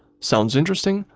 sounds interesting?